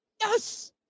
Yes